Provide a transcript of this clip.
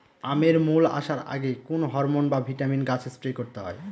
আমের মোল আসার আগে কোন হরমন বা ভিটামিন গাছে স্প্রে করতে হয়?